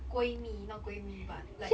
闺蜜 not 闺蜜 but like